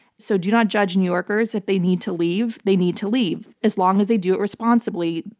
so do not judge new yorkers. if they need to leave they need to leave. as long as they do it responsibly,